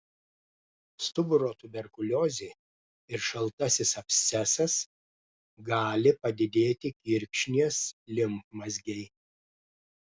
stuburo tuberkuliozė ir šaltasis abscesas gali padidėti kirkšnies limfmazgiai